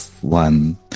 one